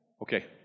Okay